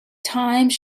times